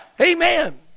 Amen